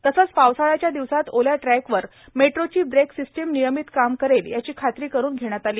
तसंच पावसाळाच्या दिवसात ओल्या ट्रॅकवर मेट्रोची ब्रेक सिस्टीम नियमित काम करेल याची खात्री करून घेण्यात आली